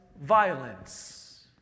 violence